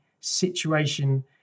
situation